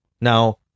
Now